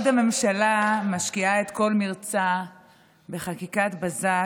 בעוד הממשלה משקיעה את כל מרצה בחקיקת בזק